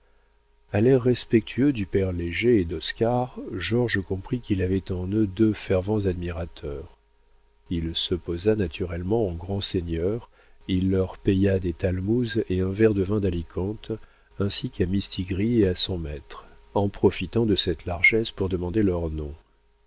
a l'air respectueux du père léger et d'oscar georges comprit qu'il avait en eux de fervents admirateurs il se posa naturellement en grand seigneur il leur paya des talmouses et un verre de vin d'alicante ainsi qu'à mistigris et à son maître en profitant de cette largesse pour demander leurs noms